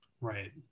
Right